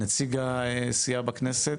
כנציג הסיעה בכנסת.